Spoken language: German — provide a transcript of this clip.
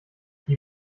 die